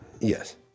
Yes